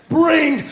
bring